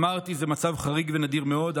אמרתי, זה מצב חריג ונדיר מאוד.